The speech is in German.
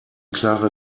klare